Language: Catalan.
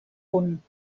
punt